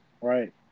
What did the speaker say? right